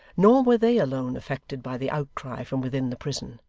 nor were they alone affected by the outcry from within the prison.